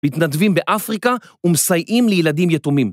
מתנדבים באפריקה ומסייעים לילדים יתומים.